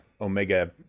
omega